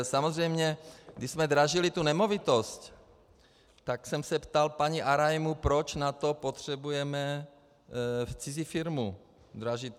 Samozřejmě, když jsme dražili tu nemovitost, tak jsem se ptal paní Arajmu, proč na to potřebujeme cizí firmu dražitele.